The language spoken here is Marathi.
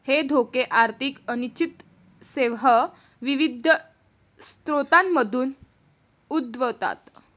हे धोके आर्थिक अनिश्चिततेसह विविध स्रोतांमधून उद्भवतात